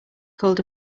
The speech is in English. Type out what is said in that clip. called